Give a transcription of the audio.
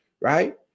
right